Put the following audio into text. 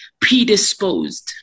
predisposed